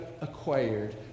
acquired